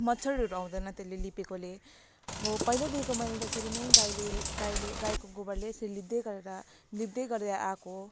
मच्छरहरू आउँदैन त्यसले लिपेकोले म पहिल्यैदेखिको मैले त यसरी नै गाईले गाईले गाईको गोबरले यसरी लिप्दै गरेर लिप्दै गरेर आएको हो